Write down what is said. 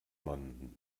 man